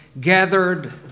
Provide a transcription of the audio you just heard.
gathered